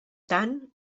tant